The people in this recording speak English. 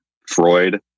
Freud